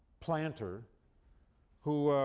planter who